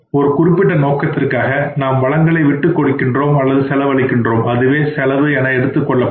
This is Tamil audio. ஒரு குறிப்பிட்ட நோக்கத்திற்காக நாம் வளங்களை விட்டுக் கொடுக்கின்றோம் அல்லது செலவழிக்கிறோம் என்றால் அதுவே செலவு என எடுத்துக் கொள்ளப்படும்